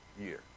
year